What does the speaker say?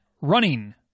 Running